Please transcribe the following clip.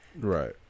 Right